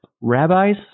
Rabbis